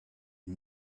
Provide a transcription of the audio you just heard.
une